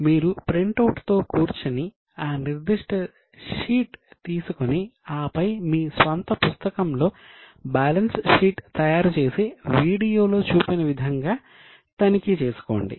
మీరు print out తో కూర్చుని ఆ నిర్దిష్ట షీట్ తీసుకొని ఆపై మీ స్వంత పుస్తకంలో బ్యాలెన్స్ షీట్ తయారు చేసి వీడియోలో చూపిన విధంగా తనిఖీ చేసుకోండి